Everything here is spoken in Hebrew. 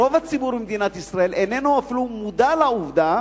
רוב הציבור במדינת ישראל אפילו איננו מודע לעובדה